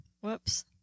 whoops